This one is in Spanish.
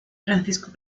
francisco